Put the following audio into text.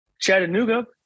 Chattanooga